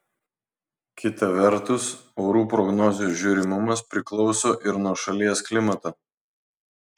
kita vertus orų prognozių žiūrimumas priklauso ir nuo šalies klimato